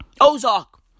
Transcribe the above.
Ozark